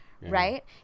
Right